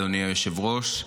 אדוני היושב-ראש,